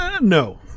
No